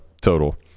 total